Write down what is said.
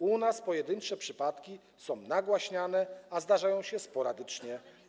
U nas pojedyncze przypadki są nagłaśniane, a zdarzają się sporadycznie.